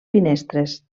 finestres